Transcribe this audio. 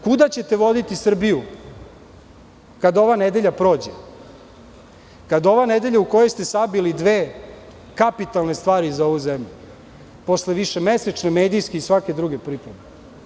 Kuda ćete voditi Srbiju kada ova nedelja prođe, kada ova nedelja u kojoj ste sabili dve kapitalne stvari za ovu zemlju posle višemesečne medijske i svake druge pripreme.